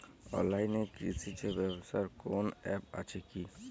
অনলাইনে কৃষিজ ব্যবসার কোন আ্যপ আছে কি?